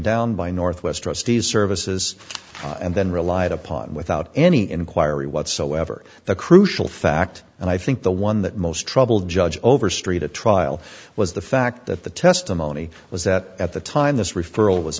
down by northwest trustees services and then relied upon without any inquiry whatsoever the crucial fact and i think the one that most troubled judge overstreet at trial was the fact that the testimony was that at the time this referral was